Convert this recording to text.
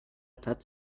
platz